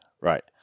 Right